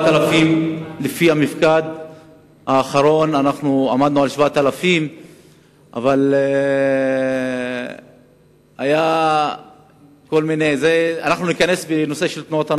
לפי המפקד האחרון אנחנו עמדנו על 7,000. ניכנס לנושא תנועות הנוער,